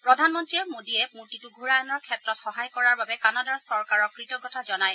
প্ৰধানমন্ত্ৰী মোদীয়ে মূৰ্তিটো ঘূৰাই অনাৰ ক্ষেত্ৰত সহায় কৰাৰ বাবে কানাডাৰ চৰকাৰক কৃতজ্ঞতা জনায়